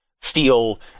steel